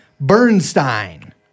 Bernstein